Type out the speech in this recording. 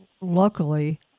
luckily